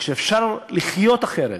כשאפשר לחיות אחרת.